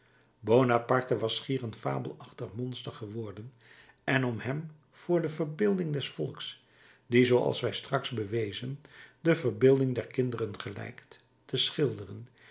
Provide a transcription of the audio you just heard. bonaparte was schier een fabelachtig monster geworden en om hem voor de verbeelding des volks die zooals wij straks bewezen de verbeelding der kinderen gelijkt te schilderen